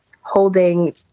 holding